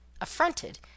affronted